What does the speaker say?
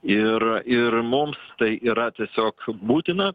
ir ir mums tai yra tiesiog būtina